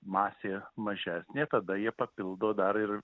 masė mažesnė tada jie papildo dar ir